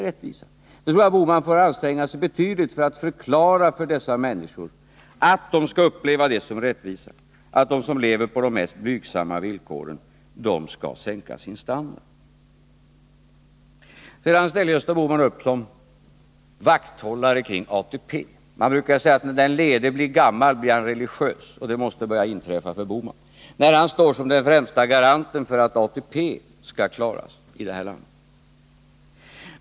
Gösta Bohman får nog anstränga sig betydligt för att lyckas förklara för dessa människor att det är rättvisa att de som lever på de mest blygsamma villkoren skall sänka sin standard. Vidare ställer Gösta Bohman upp som vakthållare för ATP. Man brukar säga att när den lede blir gammal, blir han religiös. Det måste ha börjat inträffa för Gösta Bohman när han ställer sig som den främste garanten för att ATP skall klaras i det här landet.